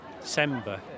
December